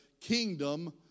kingdom